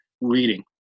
reading